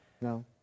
No